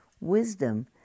wisdom